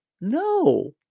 no